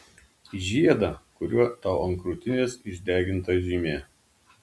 žiedą kuriuo tau ant krūtinės išdeginta žymė